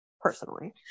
personally